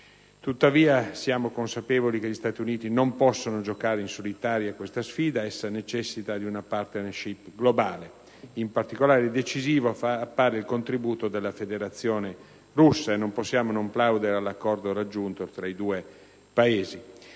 Tuttavia, siamo consapevoli che gli Stati Uniti non possono giocare in solitaria questa sfida: essa necessita di una *partnership* globale. In particolare, decisivo appare il contributo della Federazione russa e non possiamo non plaudere all'accordo raggiunto tra i due Paesi.